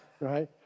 right